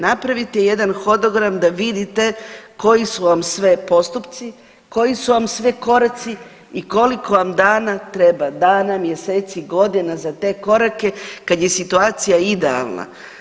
Napravite jedan hodogram da vidite koji su vam sve postupci, koji su vam sve koraci i koliko vam dana treba dana, mjeseci, godina za te korake kad je situacija idealna.